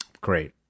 Great